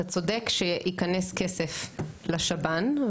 אתה צודק שייכנס כסף לשב"ן.